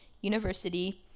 university